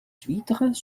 huîtres